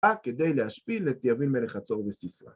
‫רק כדי להשפיל, ‫את יבין מלך חצור בסיסרא.